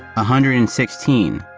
hundred and sixteen,